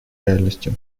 реальностью